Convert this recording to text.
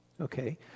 Okay